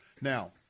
Now